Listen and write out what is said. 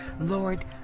Lord